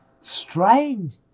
strange